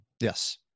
Yes